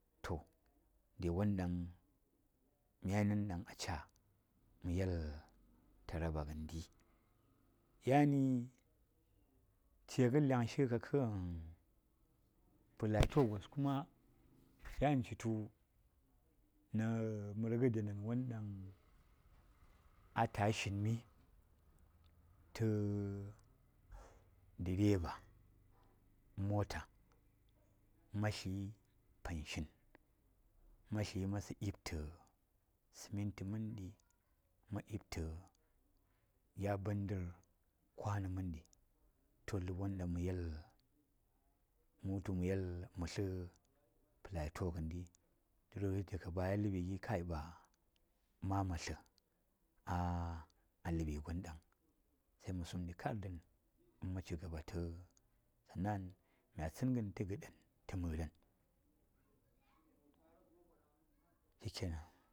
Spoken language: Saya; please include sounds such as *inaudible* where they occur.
To de won ɗaŋ mya nən ɗan aca mə yel taraba ngəndi yani ce kə laŋ shi kə pəlato gos kuma yan citu nə mər ngə dənen won ɗaŋ ata ya shin mi tə dəreba mota ma tli masə ɗibtə səm-ənti məndi to ləb won ɗaŋ mə yel mə tli pəlato ngəndi daga baya gi kai ba ma man tlə *hesitation* ləɓi gon ɗaŋ. se mə sumɗi kar dən mə man cigaba tə ngətan mya tsən ta gəɗen ta məren, *unintelligible*